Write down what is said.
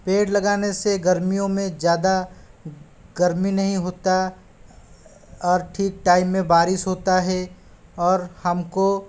पेड़ लगाने से गर्मियों में ज़्यादा गर्मी नहीं होती और ठीक टाइम में बारिश होती है और हम को